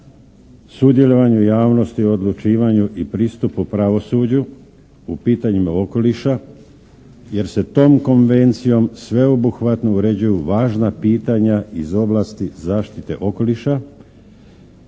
sudjelovanju javnosti, odlučivanju i pristupu pravosuđu u pitanjima okoliša jer se tom Konvencijom sveobuhvatno uređuju važna pitanja iz ovlasti zaštite okoliša